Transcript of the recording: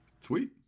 Sweet